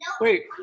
wait